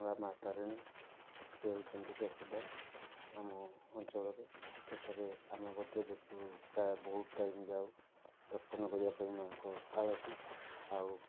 ଘଟଗାଁ ମାଁ ତାରିଣୀ ସେ ହେଉଛନ୍ତି ପ୍ରସିଦ୍ଧ ଆମ ଅଞ୍ଚଳରେ ସେଠାରେ ଆମେ ବୋଧେ ଯେହେତୁ ପ୍ରାୟ ବହୁତ ଟାଇମ୍ ଯାଉ ଦର୍ଶନ କରିବାପାଇଁ ମାଁ'ଙ୍କ ଆଳତୀ ଆଉ